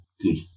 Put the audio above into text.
good